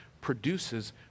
produces